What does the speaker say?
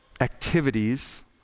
activities